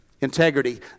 integrity